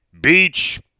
beach